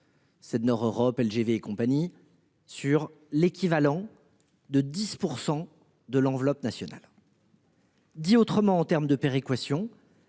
Cette Nord Europe LGV et compagnie, sur l'équivalent de 10% de l'enveloppe nationale. Dit autrement, en terme de péréquation.